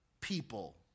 people